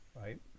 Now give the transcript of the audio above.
Right